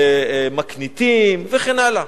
מקניטים וכן הלאה.